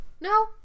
No